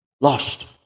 Lost